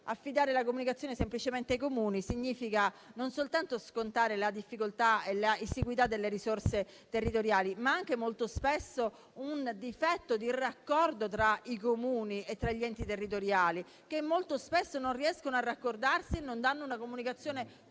affidare la comunicazione semplicemente ai Comuni significa non soltanto scontare la difficoltà e l'esiguità delle risorse territoriali, ma molto spesso anche un difetto di raccordo tra i Comuni e gli enti territoriali, che molto spesso non riescono a raccordarsi e non danno una comunicazione